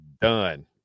done